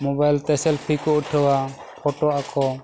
mobile ᱛᱮ selfie ᱠᱚ ᱩᱴᱷᱟᱹᱣᱟ ᱯᱷᱳᱴᱳ ᱟᱠᱚ